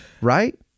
Right